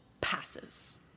passes